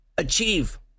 Achieve